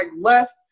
left